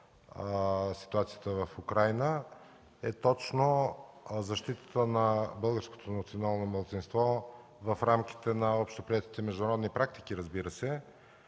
ситуацията в Украйна е точно защитата на българското национално малцинство в рамките на общоприетите международни практики, разбира се.